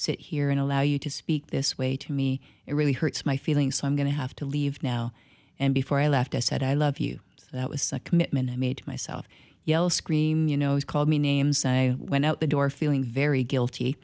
sit here and allow you to speak this way to me it really hurts my feelings i'm going to have to leave now and before i left i said i love you and that was a commitment i made myself yell scream you know has called me names i went out the door feeling very guilty